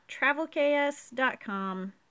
TravelKS.com